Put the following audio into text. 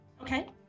Okay